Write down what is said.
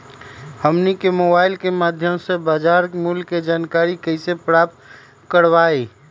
हमनी के मोबाइल के माध्यम से बाजार मूल्य के जानकारी कैसे प्राप्त करवाई?